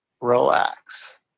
relax